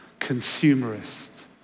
consumerist